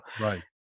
Right